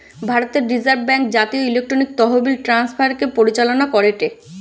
ভারতের reserve bank জাতীয় electronic তহবিল ট্রান্সফার কে পরিচালনা করেটে